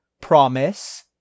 Promise